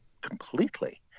completely